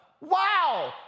Wow